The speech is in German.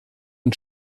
und